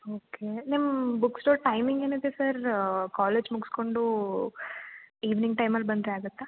okay ನಿಮ್ಮ book store timing ಏನಿದೆ sir college ಮುಗಿಸ್ಕೊಂಡು ಈವ್ನಿಂಗ್ ಟೈಮಲ್ಲಿ ಬಂದರೆ ಆಗುತ್ತ